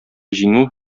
җиңү